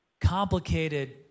complicated